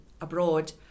abroad